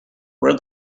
wear